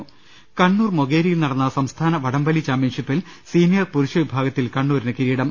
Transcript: ്്്്്്്് കണ്ണൂർ മൊകേരിയിൽ നടന്ന സംസ്ഥാന വടംവലി ചാമ്പ്യൻഷിപ്പിൽ സീനിയർ പുരുഷ വിഭാഗത്തിൽ കണ്ണൂരിന് കിരീടം